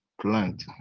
plant